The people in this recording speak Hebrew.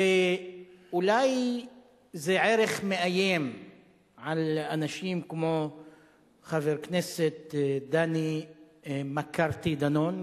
ואולי זה ערך מאיים על אנשים כמו חבר הכנסת דני מקארתי דנון,